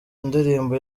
ndirimbo